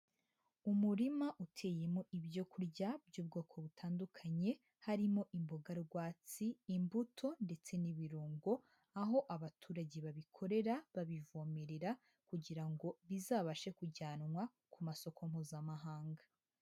Umurima uteyemo ibyo kurya by'ubwoko butandukanye, harimo imboga rwatsi, imbuto ndetse n'ibirungo, aho abaturage babikorera babivomerera kugira ngo bizabashe kujyanwa ku masoko Mpuzamahanga.